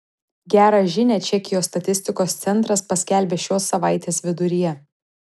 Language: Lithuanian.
gerą žinią čekijos statistikos centras paskelbė šios savaitės viduryje